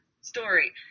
story